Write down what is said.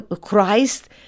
Christ